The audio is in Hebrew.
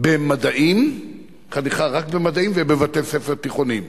רק במדעים ובבתי-ספר תיכוניים.